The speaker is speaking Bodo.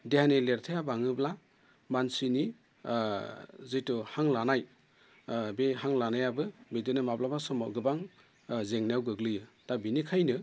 देहानि लिरथाया बाङोब्ला मानसिनि जिथु हां लानाय बे हां लानायाबो बिदिनो माब्लाबा समाव गोबां जेंनायाव गोग्लैयो दा बेनिखायनो